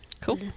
Cool